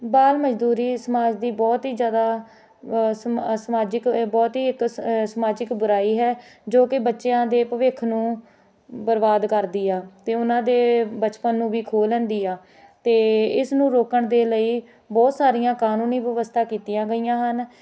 ਬਾਲ ਮਜ਼ਦੂਰੀ ਇਸ ਸਮਾਜ ਦੀ ਬਹੁਤ ਹੀ ਜ਼ਿਆਦਾ ਸ ਸਮਾਜਿਕ ਬਹੁਤ ਹੀ ਇੱਕ ਸ ਸਮਾਜਿਕ ਬੁਰਾਈ ਹੈ ਜੋ ਕਿ ਬੱਚਿਆਂ ਦੇ ਭਵਿੱਖ ਨੂੰ ਬਰਬਾਦ ਕਰਦੀ ਆ ਅਤੇ ਉਹਨਾਂ ਦੇ ਬਚਪਨ ਨੂੰ ਵੀ ਖੋਹ ਲੈਂਦੀ ਆ ਅਤੇ ਇਸ ਨੂੰ ਰੋਕਣ ਦੇ ਲਈ ਬਹੁਤ ਸਾਰੀਆਂ ਕਾਨੂੰਨੀ ਵਿਵਸਥਾ ਕੀਤੀਆਂ ਗਈਆਂ ਹਨ